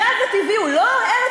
הגז הטבעי הוא לא ארץ-ישראל?